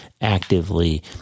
actively